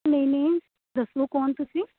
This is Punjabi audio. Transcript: ਨਹੀਂ ਨਹੀਂ ਦੱਸੋ ਕੌਣ ਤੁਸੀਂ